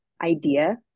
idea